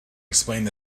explained